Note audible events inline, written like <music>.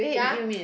ya <noise>